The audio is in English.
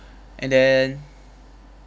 and then